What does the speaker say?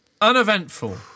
Uneventful